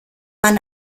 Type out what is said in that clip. man